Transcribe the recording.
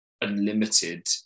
unlimited